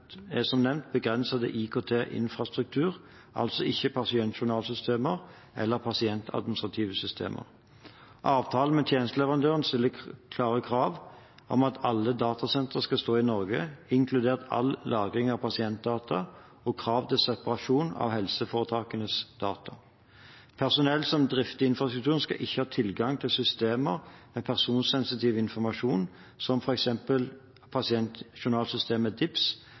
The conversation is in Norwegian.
begrenset til IKT infrastruktur, altså ikke pasientjournalsystemer eller pasientadministrative systemer. Avtalen med tjenesteleverandøren stiller klare krav om at alle datasentre skal stå i Norge, inkludert all lagring av pasientdata og krav til separasjon av helseforetakenes data. Personell som drifter infrastrukturen, skal ikke ha tilgang til systemer med personsensitiv informasjon, som f.eks. pasientjournalsystemet DIPS